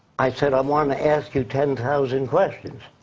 i said i want to ask you ten thousand questions.